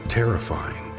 terrifying